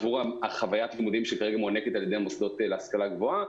עבור חווית לימודים שכרגע מוענקת על-ידי המוסדות להשכלה גבוהה.